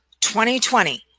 2020